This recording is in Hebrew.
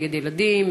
נגד ילדים,